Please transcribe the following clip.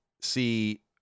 see